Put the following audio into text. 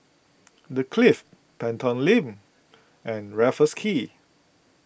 the Clift Pelton Link and Raffles Quay